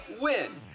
win